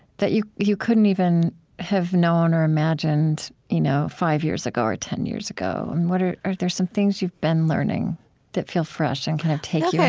that you you couldn't even have known or imagined you know five years ago, or ten years ago, and what are are there some things you've been learning that feel fresh and kind of take you,